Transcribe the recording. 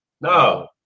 No